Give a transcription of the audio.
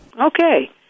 Okay